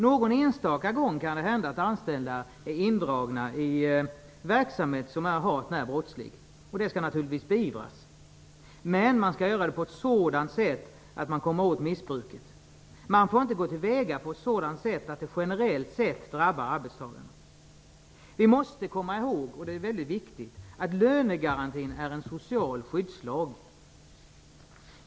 Någon enstaka gång kan det hända att anställda är indragna i verksamhet som är hart när brottslig, och det skall naturligtvis beivras, men man skall göra det på ett sådant sätt att man kommer åt missbruket. Man får inte gå till väga på ett sådant sätt att det generellt drabbar arbetstagaren. Det är mycket viktigt att komma ihåg att lönegarantin är en social skyddslag.